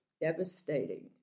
devastating